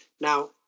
Now